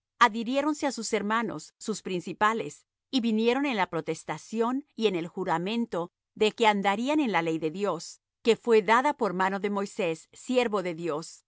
discernimiento adhiriéronse á sus hermanos sus principales y vinieron en la protestación y en el juramento de que andarían en la ley de dios que fué dada por mano de moisés siervo de dios